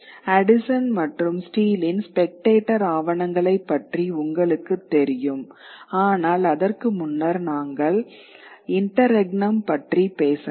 addition மற்றும் ஸ்டீலின் Spectator ஆவணங்களைப் பற்றி உங்களுக்குத் தெரியும் ஆனால் அதற்கு முன்னர் நாங்கள் இன்டர்ரெக்னம் பற்றி பேசலாம்